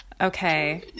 Okay